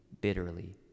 bitterly